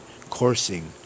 coursing